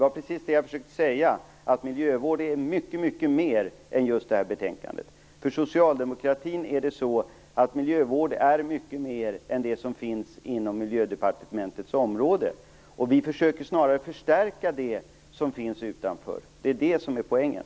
Jag försökte säga att miljövården omfattar mycket mer än det som täcks av detta betänkande. För socialdemokratin är miljövård mycket mer än det som finns inom Miljödepartementets område. Vi försöker snarare förstärka det som finns utanför. Det är det som är poängen.